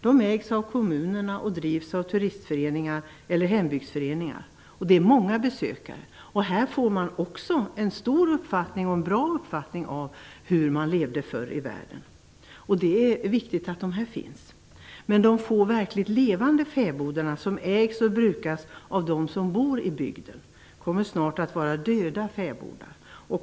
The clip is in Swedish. De ägs av kommuner och drivs av turistföreningar eller hembygdsföreningar. Besökarna är många. Här får man också en bra uppfattning om hur folk levde förr i världen. Det är viktigt att dessa fäbodar finns. Men de få verkligt levande fäbodarna som ägs och brukas av dem som bor i bygden kommer snart att vara döda fäbodar.